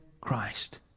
Christ